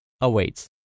awaits